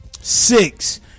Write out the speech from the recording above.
six